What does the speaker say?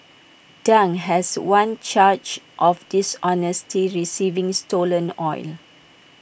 Dang has one charge of dishonesty receiving stolen oil